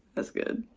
is good.